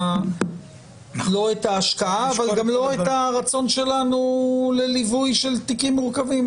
לא את ההשקעה וגם לא את הרצון שלנו לליווי של תיקים מורכבים.